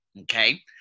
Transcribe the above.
Okay